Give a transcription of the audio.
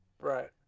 Right